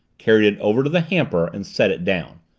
carried it over to the hamper and set it down.